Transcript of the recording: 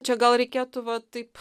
čia gal reikėtų vat taip